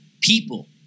people